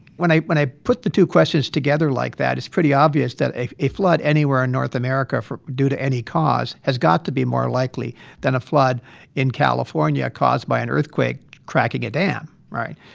when i when i put the two questions together like that, it's pretty obvious that a a flood anywhere in north america due to any cause has got to be more likely than a flood in california caused by an earthquake cracking a dam, right?